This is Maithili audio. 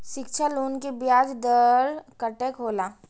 शिक्षा लोन के ब्याज दर कतेक हौला?